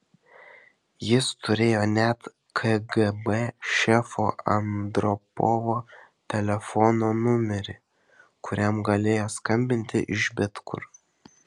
jis turėjo net kgb šefo andropovo telefono numerį kuriam galėjo skambinti iš bet kur